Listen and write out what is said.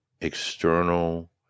external